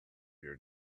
your